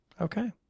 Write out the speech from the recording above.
okay